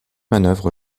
manœuvre